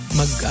mag